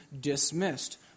dismissed